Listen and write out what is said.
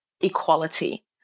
equality